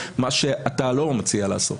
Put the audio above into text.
מה שאתה לא מציע לעשות.